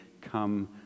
come